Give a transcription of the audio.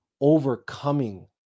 overcoming